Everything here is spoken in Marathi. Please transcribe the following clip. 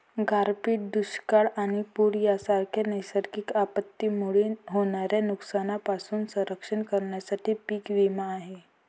गारपीट, दुष्काळ आणि पूर यांसारख्या नैसर्गिक आपत्तींमुळे होणाऱ्या नुकसानीपासून संरक्षण करण्यासाठी पीक विमा आहे